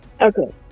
Okay